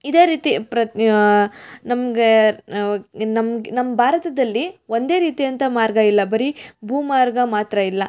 ಇದೇ ರೀತಿ ಪ್ರತಿ ನಮಗೆ ನಮ್ಗೆ ನಮ್ಮ ಭಾರತದಲ್ಲಿ ಒಂದೇ ರೀತಿಯಾದಂತ ಮಾರ್ಗ ಇಲ್ಲ ಬರೀ ಭೂಮಾರ್ಗ ಮಾತ್ರ ಇಲ್ಲ